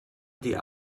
die